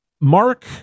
Mark